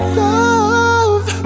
love